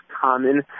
common